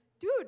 dude